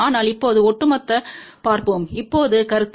ஆனால் இப்போது ஒட்டுமொத்தமாக பார்ப்போம் இப்போது கருத்து